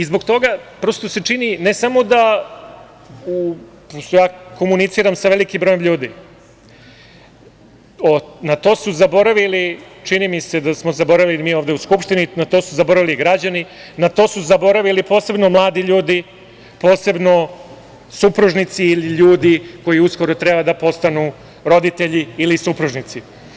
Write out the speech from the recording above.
Zbog toga se prosto čini ne samo da, pošto ja komuniciram sa velikim brojem ljudi, na to su zaboravili, čini mi smo zaboravili mi ovde u Skupštini, na to su zaboravili građani, na to su zaboravili posebno mladi ljudi, posebno supružnici ili ljudi koji uskoro treba da postanu roditelji ili supružnici.